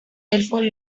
elfos